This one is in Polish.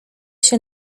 się